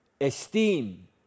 esteem